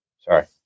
Sorry